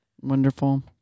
Wonderful